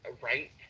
Right